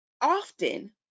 often